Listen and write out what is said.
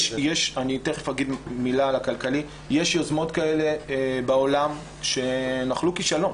יש יוזמות כאלה בעולם שנחלו כישלון.